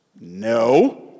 No